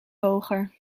hoger